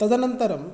तदन्तरं